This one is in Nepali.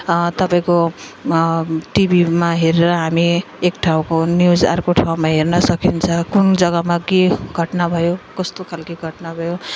तपाईँको टिभीमा हेरेर हामी एक ठाउँको न्युज अर्को ठाउँमा हेर्न सकिन्छ कुन जग्गामा के घटना भयो कस्तो खाले घटना भयो